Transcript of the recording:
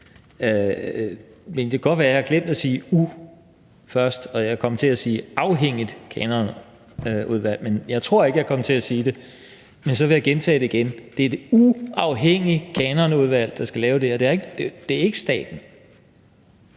Det kan godt være, at jeg har glemt at sige »u« først, og at jeg er kommet til at sige »afhængigt kanonudvalg«. Jeg tror ikke, at jeg kom til at sige det, men så vil jeg gentage det: Det er et uafhængigt kanonudvalg, der skal lave det, og det er ikke staten.